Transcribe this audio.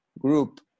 group